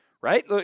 Right